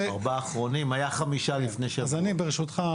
ברשותך,